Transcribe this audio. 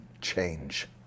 change